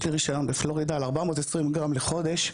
יש לי רישיון בפלורידה ל-420 גרם לחודש,